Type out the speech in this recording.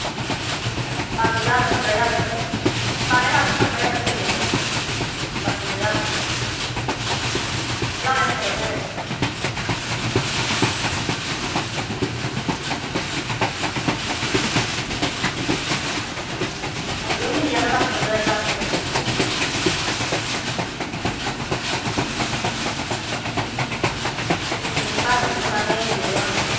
दस ज्हार पंदरां ज्हार तक्कर सारे लानें ते पंदरां ज्हार तक्कर मिली जांगन दस पंदरां ज्हार लानें किन्ने तुसें हां जी दस पंदरां ज्हार तक्कर मिली जांगन नेईं घट्ट नी होनां इन्नां गै होना